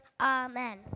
Amen